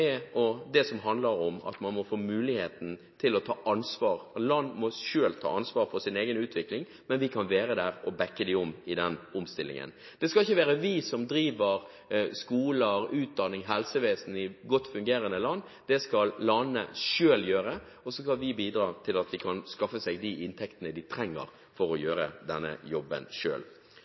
det som handler om at man må få muligheten til å ta ansvar. Land må selv ta ansvar for sin egen utvikling, men vi kan være der og «backe» dem i omstillingen. Vi skal ikke drive skoler, utdanning og helsevesen i godt fungerende land. Det skal landene selv gjøre, og så skal vi bidra til at de kan skaffe seg de inntektene de trenger for å gjøre denne jobben